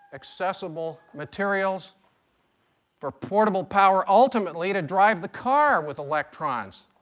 accessible materials for portable power, ultimately to drive the car with electrons,